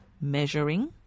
measuring